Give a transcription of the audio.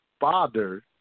father